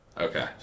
Okay